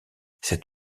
cet